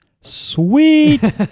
sweet